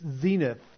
zenith